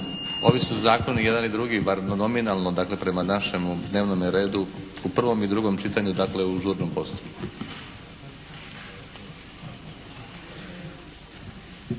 Ovi su zakoni jedan i drugi bar nominalno dakle prema našemu dnevnome redu u prvom i drugom čitanju, dakle u žurnom postupku.